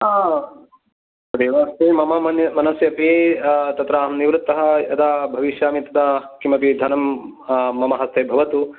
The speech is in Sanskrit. तदेव अस्ति मम मनसि अपि तत्र अहं निवृत्तः यदा भविष्यामि तदा किमपि धनं मम हस्ते भवतु